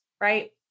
right